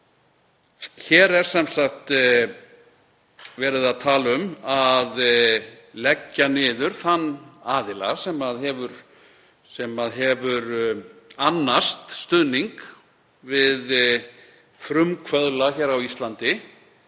Hér er sem sagt verið að tala um að leggja niður þann aðila sem hefur annast stuðning við frumkvöðla á Íslandi